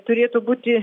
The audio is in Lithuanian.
turėtų būti